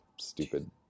stupid